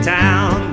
town